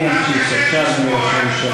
אני אצא מתישהו.